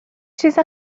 چیز